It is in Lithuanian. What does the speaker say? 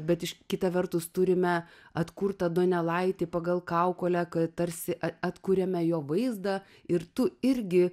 bet kita vertus turime atkurtą donelaitį pagal kaukolę tarsi atkuriame jo vaizdą ir tu irgi